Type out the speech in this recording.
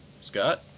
Scott